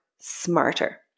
smarter